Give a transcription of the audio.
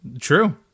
True